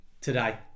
today